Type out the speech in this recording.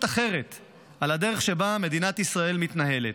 אחרת על הדרך שבה מדינת ישראל מתנהלת.